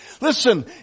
Listen